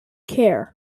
care